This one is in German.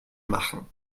machen